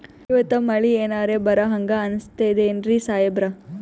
ಇವತ್ತ ಮಳಿ ಎನರೆ ಬರಹಂಗ ಅನಿಸ್ತದೆನ್ರಿ ಸಾಹೇಬರ?